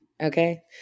Okay